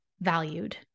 valued